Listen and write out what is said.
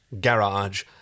garage